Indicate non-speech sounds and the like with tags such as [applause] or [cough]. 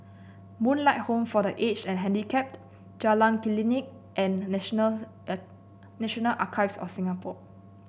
Moonlight Home for The Aged And Handicapped Jalan Klinik and National [noise] National Archives of Singapore